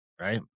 right